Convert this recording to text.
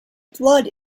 blood